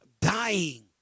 dying